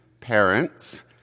parents